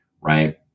right